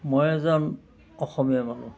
মই এজন অসমীয়া মানুহ